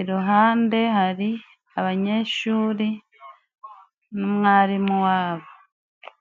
iruhande hari abanyeshuri n'umwarimu wabo.